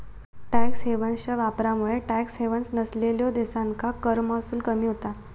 tax हेव्हन्सच्या वापरामुळे tax havens नसलेल्यो देशांका कर महसूल कमी होता